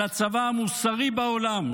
על הצבא המוסרי בעולם,